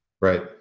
Right